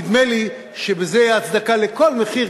נדמה לי שבזה תהיה הצדקה לכל מחיר,